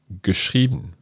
geschrieben